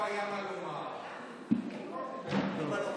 אדוני